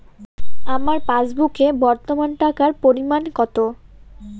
আমার পাসবুকে বর্তমান টাকার পরিমাণ কত?